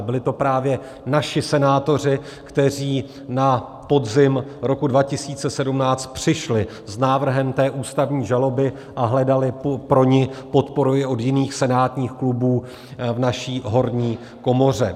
Byli to právě naši senátoři, kteří na podzim roku 2017 přišli s návrhem ústavní žaloby a hledali pro ni podporu od jiných senátních klubů v naší horní komoře.